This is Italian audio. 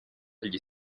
agli